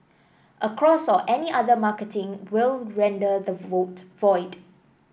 a cross or any other marketing will render the vote void